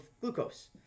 glucose